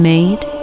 Made